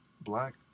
black